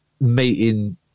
meeting